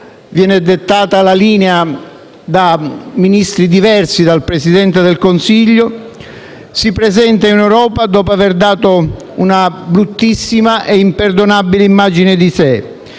viene dettata la linea da Ministri diversi dal Presidente del Consiglio, si presenta in Europa dopo aver dato una bruttissima e imperdonabile immagine di sé.